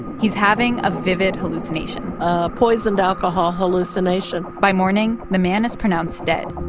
he's having a vivid hallucination a poisoned alcohol hallucination by morning, the man is pronounced dead.